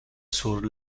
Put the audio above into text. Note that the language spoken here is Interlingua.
sur